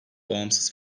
bağımsız